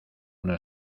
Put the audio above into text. una